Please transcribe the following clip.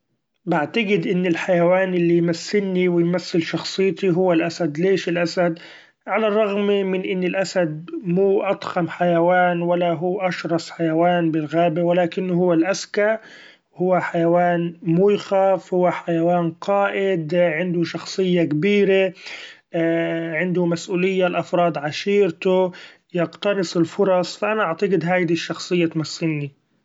بعتقد إن الحيوان اللي يمثلني و يمثل شخصيتي هو الأسد ليش الاسد علي الرغم من أن الأسد مو أضخم حيوان ولا هو أشرس حيوان بالغابة و لكنه هو الأذكي ، هو حيوان مو يخاف هو حيوان قائد عندو شخصيي كبيري عندو مسؤولية لأفراد عشيرتو يقتنص الفرص ، ف أنا أعتقد هايدي شخصية تمثلني.